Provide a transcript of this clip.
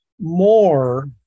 more